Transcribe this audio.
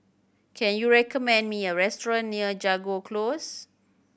can you recommend me a restaurant near Jago Close